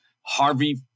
Harvey